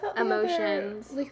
emotions